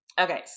Okay